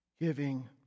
giving